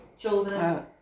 Children